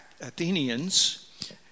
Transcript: Athenians